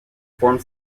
forms